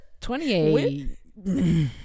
28